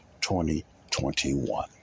2021